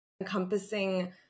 encompassing